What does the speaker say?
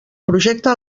projecte